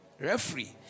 Referee